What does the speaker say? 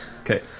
okay